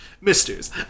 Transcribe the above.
Misters